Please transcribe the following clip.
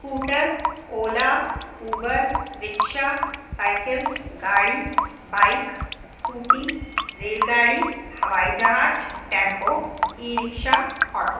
scooter Ola Uber rickshaw cycle गाड़ी bike scooty रेलगाड़ी हवाई जहाज टैम्पो ई रिक्शा ऑटो